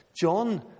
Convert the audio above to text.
John